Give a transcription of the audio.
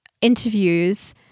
interviews